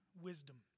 wisdom